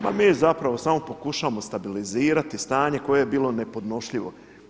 Ma mi zapravo samo pokušavamo stabilizirati stanje koje je bilo nepodnošljivo.